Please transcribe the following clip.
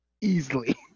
easily